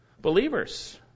Believers